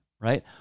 right